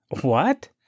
What